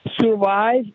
survive